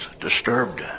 disturbed